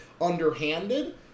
underhanded